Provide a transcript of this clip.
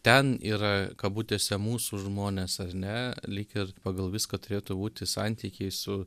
ten yra kabutėse mūsų žmonės ar ne lyg ir pagal viską turėtų būti santykiai su